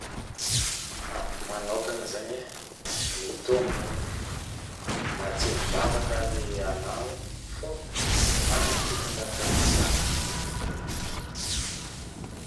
Amiko manokana zaigny e mitombogno na tsy mivavaka ary ianao fao managna fitondrategna tsara